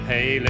Hey